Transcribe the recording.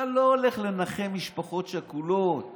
אתה לא הולך לנחם משפחות שכולות